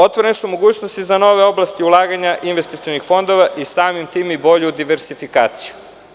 Otvorene su mogućnosti za nove oblasti ulaganja investicionih fondova, a samim tim postoji i bolja diverzifikacija.